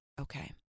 okay